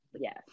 Yes